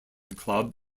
club